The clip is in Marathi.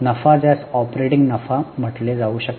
नफा ज्यास ऑपरेटिंग नफा म्हटले जाऊ शकते